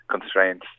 Constraints